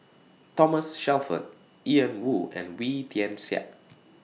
Thomas Shelford Ian Woo and Wee Tian Siak